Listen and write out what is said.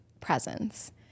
presence